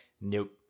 nope